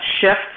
shift